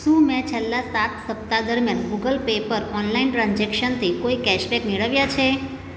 શું મેં છેલ્લા સાત સપ્તાહ દરમિયાન ગૂગલ પે પર ઓનલાઈન ટ્રાન્ઝેક્શનથી કોઈ કેશબેક મેળવ્યાં છે